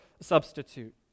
substitute